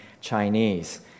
Chinese